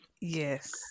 Yes